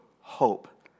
hope